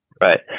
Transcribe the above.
Right